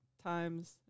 times